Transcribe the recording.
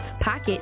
pocket